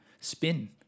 spin